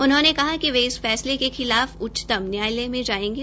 उन्होंने कहा कि वह इस फैसले के खिलाफ उच्चतम न्यायालय में जायेंगे